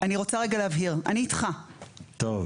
אני רוצה רגע להבהיר, אני איתך, אוקיי?